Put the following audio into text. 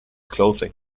clothing